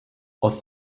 aus